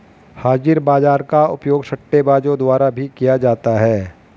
हाजिर बाजार का उपयोग सट्टेबाजों द्वारा भी किया जाता है